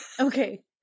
Okay